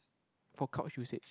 for couch usage